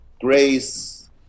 grace